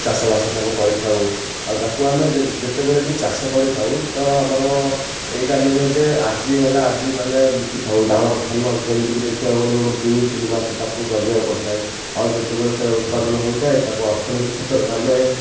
ଚାଷବାସ ସବୁ କରିଥାଉ ଆଉ ତା'କୁ ଆମେ ଯେତେବେଳେ କିି ଚାଷ କରିଥାଉ ତ ଆମର ଏଇଟା ନୁହେଁ ଯେ ଆଜି ହେଲା ଆଜି ମାନେ ବିକି ଥାଉ ଆମର ଧାନ ଯେମିତିକି ଦେଖିବାକୁ ଗଲେ ଗୋଟେ ଦୁଇ ତିନି ମାସ ତା'କୁ ଯଗେଇବାକୁ ପଡ଼ିଥାଏ ଆଉ ଯେତେବେଳେ ସେ ଉତ୍ପାଦନ ହୋଇଥାଏ ତା'କୁ ଅର୍ଥନୀତି କ୍ଷେତ୍ରରେ ଆମେ